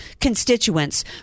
constituents